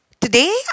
Today